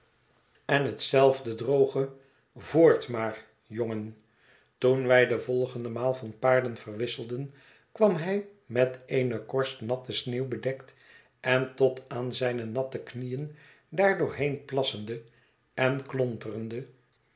en hetzelfde droge voort maar jongen toen wij de volgende maal van paarden verwisselden kwam hij met eene korst natte sneeuw bedekt en tot aan zijne natte knieën daardoorheen plassende en